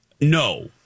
no